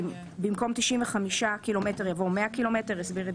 במקום 95 ק"מ יבוא 100 ק"מ הסביר את